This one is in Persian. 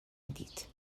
ندید